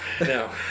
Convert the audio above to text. no